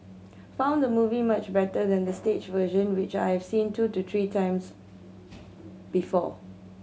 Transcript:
found the movie much better than the stage version which I seen two to three times before